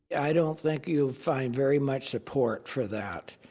i don't think you'd find very much support for that.